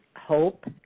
hope